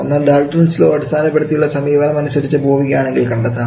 ഒന്ന് Dalton's law അടിസ്ഥാനപ്പെടുത്തിയുള്ള സമീപനം അനുസരിച്ച് പോവുകയാണെങ്കിൽ കണ്ടെത്താം